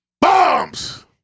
Bombs